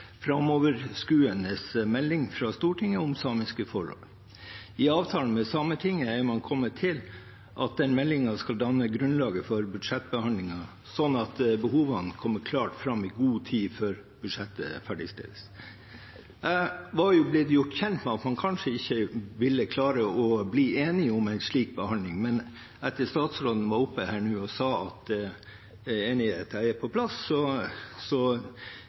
framoverskuende melding fra Stortinget om samiske forhold. I avtalen med Sametinget er man kommet til at den meldingen skal danne grunnlaget for budsjettbehandlingen, slik at behovene kommer klart fram i god tid før budsjettet ferdigstilles. Jeg var gjort kjent med at man kanskje ikke ville klare å bli enige om en slik behandling, men etter at statsråden var oppe her nå og sa at enigheten er på plass,